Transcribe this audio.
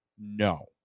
No